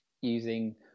using